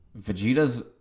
Vegeta's